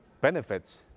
benefits